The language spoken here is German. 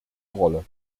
rolle